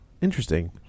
interesting